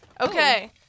Okay